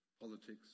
politics